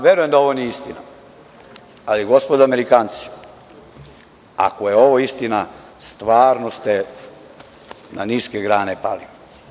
Verujem da ovo nije istina, ali gospodo Amerikanci, ako je ovo istina, stvarno ste na niske grane pali.